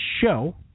show